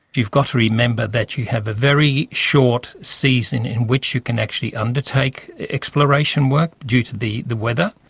you've got to remember that you have a very short season in which you can actually undertake exploration work due to the the weather.